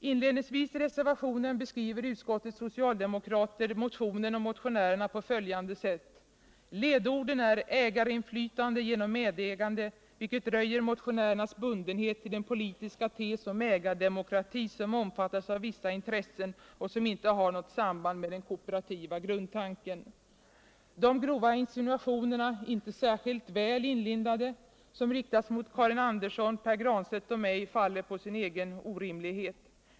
Inledningsvis i reservationen beskriver utskottets socialdemokrater motionärerna på följande sätt: ”Ledorden är ”ägarinflytande genom medägande', vilket röjer motionärernas bundenhet till den politiska tes om "ägardemokrati' som omfattas av vissa intressen och som inte har något samband med den kooperativa grundtanken.” De grova insinuationerna, inte särskilt väl inlindade, som riktas mot Karin Andersson, Pär Granstedt och mig faller på sin egen orimlighet.